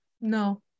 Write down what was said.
No